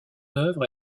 œuvre